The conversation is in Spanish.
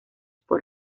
por